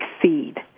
succeed